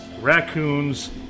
raccoons